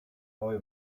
poi